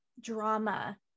drama